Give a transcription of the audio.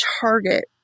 Target